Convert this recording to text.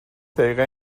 دقیقه